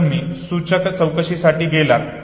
जर तुम्ही सूचक चौकशीसाठी गेलात